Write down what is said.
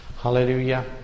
Hallelujah